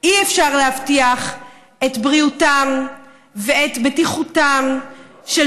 אי-אפשר להבטיח את בריאותם ואת בטיחותם של